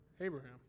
Abraham